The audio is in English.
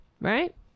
right